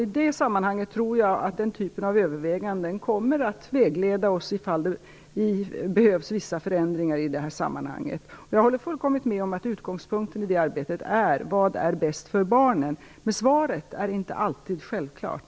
I det sammanhanget tror jag alltså att den typen av överväganden kommer att vägleda oss ifall det behövs vissa förändringar. Jag håller fullkomligt med om att utgångspunkten i det arbetet är vad som är bäst för barnen, men svaret är inte alltid självklart.